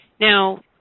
Now